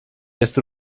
jest